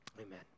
Amen